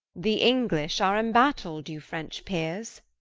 the english are embattail'd, you french peeres